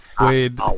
Wade